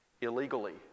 illegally